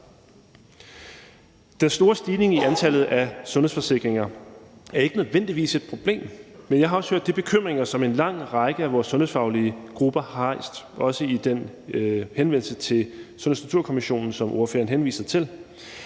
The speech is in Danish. Den store stigning i antallet af sundhedsforsikringer er ikke nødvendigvis et problem, men jeg har også hørt de bekymringer, som en lang række af vores sundhedsfaglige grupper har rejst, også i den henvendelse til Sundhedsstrukturkommissionen, som ordføreren henviser til.